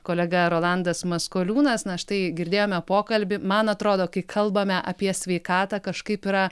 kolega rolandas maskoliūnas na štai girdėjome pokalbį man atrodo kai kalbame apie sveikatą kažkaip yra